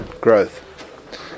growth